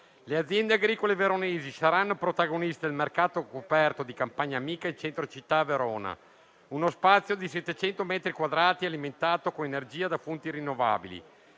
Le aziende agricole veronesi saranno protagoniste del mercato coperto di Campagna Amica in centro città a Verona nel quartiere Filippini: uno spazio di 700 metri quadrati alimentato con energia da fonti rinnovabili